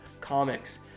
comics